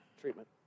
treatment